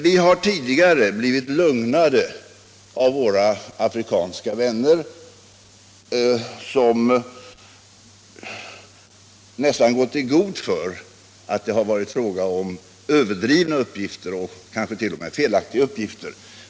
Vi har tidigare blivit lugnade av våra afrikanska vänner, som nästan gått i god för att det har varit fråga om överdrivna eller kanske t.o.m. felaktiga uppgifter.